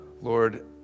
Lord